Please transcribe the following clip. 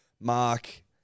Mark